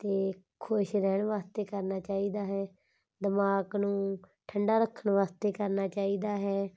ਅਤੇ ਖੁਸ਼ ਰਹਿਣ ਵਾਸਤੇ ਕਰਨਾ ਚਾਹੀਦਾ ਹੈ ਦਿਮਾਗ ਨੂੰ ਠੰਡਾ ਰੱਖਣ ਵਾਸਤੇ ਕਰਨਾ ਚਾਹੀਦਾ ਹੈ